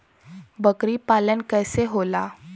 बकरी पालन कैसे होला?